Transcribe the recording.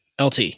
LT